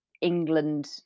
England